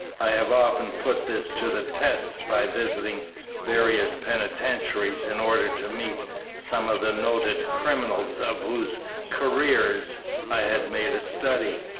i have often put this to the test by visiting various penitentiaries in order to meet some of the noted criminals of whose careers i had made a study,